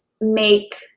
make